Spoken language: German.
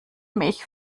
mich